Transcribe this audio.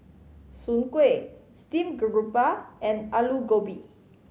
soon kway steamed garoupa and Aloo Gobi